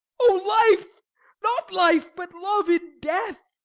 o life not life, but love in death!